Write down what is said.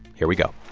here we go